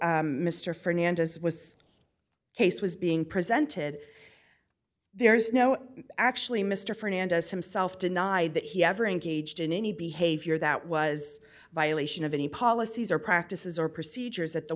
while mr fernandez was case was being presented there is no actually mr fernandez himself denied that he ever engaged in any behavior that was a violation of any policies or practices or procedures at the